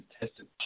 tested